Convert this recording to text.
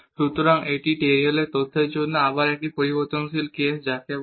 সুতরাং এটি টেইলরের তত্ত্বেরTaylor's theorem জন্য আবার 1 টি পরিবর্তনশীল কেস হবে